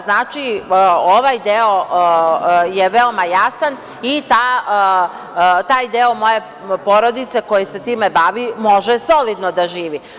Znači ovaj deo je veoma jasan i taj deo moje porodice koji se time bavi može solidno da živi.